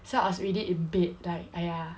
so I was already in bed like !aiya!